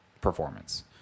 performance